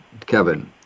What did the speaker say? Kevin